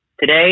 today